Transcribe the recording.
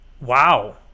Wow